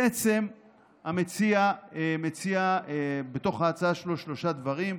בעצם המציע מציע בתוך ההצעה שלו שלושה דברים: